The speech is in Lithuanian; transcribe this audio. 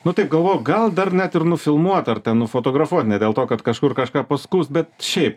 nu taip galvoju gal dar net ir nufilmuot dar ten nufotografuot ne dėl to kad kažkur kažką paskaust bet šiaip